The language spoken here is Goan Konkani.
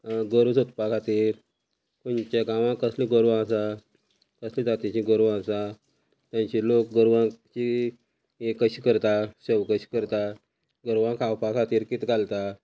गोरू सोदपा खातीर खंयच्या गांवांक कसली गोरवां आसा कसली जातिची गोरवां आसा तेंचे लोक गोरवांची हे कशी करता चवकशी करता गोरवां खावपा खातीर कित घालता